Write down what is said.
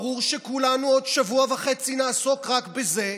ברור שבעוד שבוע וחצי כולנו נעסוק רק בזה.